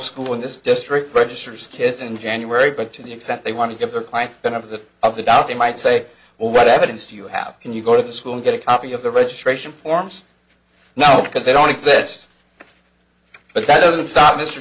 school in this district registers kids in january but to the extent they want to give the client one of the of the doubt they might say well what evidence do you have can you go to the school and get a copy of the registration forms now because they don't exist but that doesn't stop mr